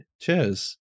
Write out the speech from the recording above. cheers